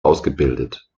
ausgebildet